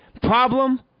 problem